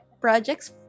projects